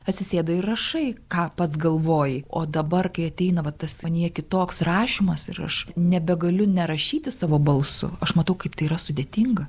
atsisėdai ir rašai ką pats galvoji o dabar kai ateina vat tas manyje kitoks rašymas ir aš nebegaliu nerašyti savo balsu aš matau kaip tai yra sudėtinga